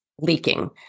leaking